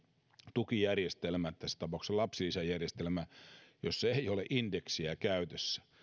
tukijärjestelmä tässä tapauksessa lapsilisäjärjestelmä jossa ei ole indeksiä käytössä